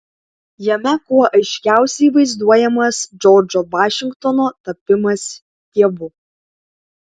jame kuo aiškiausiai vaizduojamas džordžo vašingtono tapimas dievu